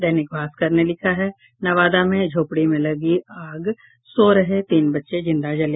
दैनिक भास्कर ने लिखा है नवादा में झोपड़ी में लगी आग सो रहे तीन बच्चे जिंदा जले